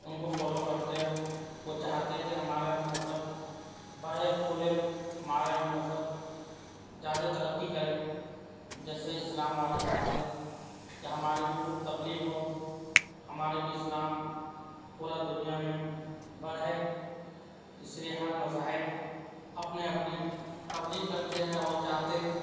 ان کو فالو کرتے ہیں وہ چاہتے ہیں کہ ہمارا بھی مذہب بڑھے پھولے ہمارا بھی مذہب زیادہ ترقی کرے جیسے اسلام والے چاہتے ہیں کہ ہماری بھی خوب تبلیغ ہو ہمارے بھی اسلام پورا دنیا میں بڑھے اس لیے ہر مذاہب اپنے اپنے تبلیغ کرتے ہیں وہ چاہتے